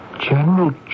General